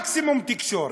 מקסימום תקשורת,